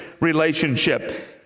relationship